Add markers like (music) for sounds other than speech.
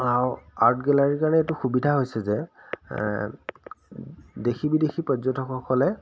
(unintelligible) art গেলাৰীৰ কাৰণে এইটো সুবিধা হৈছে যে দেশী বিদেশী পৰ্যটকসকলে